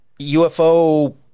UFO